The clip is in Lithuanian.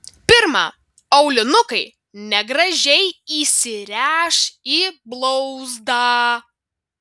pirma aulinukai negražiai įsiręš į blauzdą